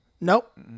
Nope